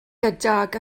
gydag